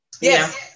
Yes